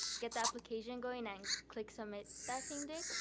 get the application going and click submit that same day,